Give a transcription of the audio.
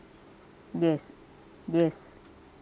yes yes